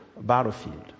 battlefield